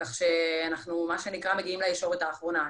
כך שאנחנו מגיעים לישורת האחרונה.